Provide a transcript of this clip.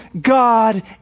God